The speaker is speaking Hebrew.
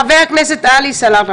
חבר הכנסת עלי סלאלחה.